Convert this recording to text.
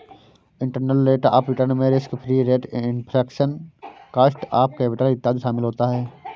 internal rate of return में risk free rate, inflation, cost of capital इत्यादि शामिल होता है